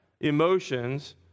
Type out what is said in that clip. emotions